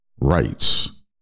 rights